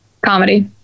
Comedy